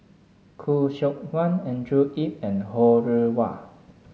Khoo Seok Wan Andrew Yip and Ho Rih Hwa